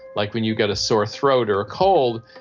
like when you get a sore throat or a cold,